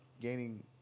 gaining